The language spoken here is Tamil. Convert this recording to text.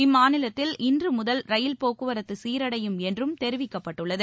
இம்மாநிலத்தில் இன்று முதல் ரயில் போக்குவரத்து சீரடையும் என்றும் தெரிவிக்கப்பட்டுள்ளது